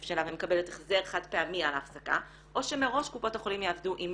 שלה ומקבלת החזר חד פעמים על ההפסקה או שמראש קופות החולים יעבדו עם